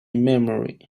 memory